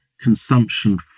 consumption